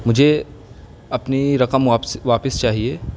مجھے اپنی رقم واپس واپس چاہیے